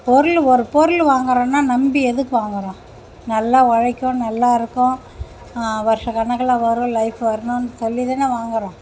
பொருள் ஒரு பொருள் வாங்கறோன்னா நம்பி எதுக் வாங்கறோம் நல்லா உழைக்கும் நல்லாயிருக்கும் வர்ஷ கணக்கில் வரும் லைஃப் வர்ணுன்னு சொல்லி தானே வாங்கறோம்